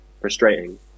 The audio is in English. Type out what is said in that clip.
frustrating